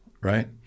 right